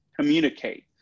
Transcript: communicate